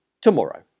tomorrow